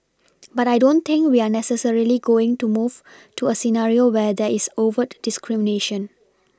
but I don't think we are necessarily going to move to a scenario where there is overt discrimination